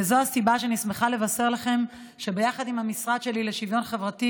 וזו הסיבה שאני שמחה לבשר שהמשרד שלי לשוויון חברתי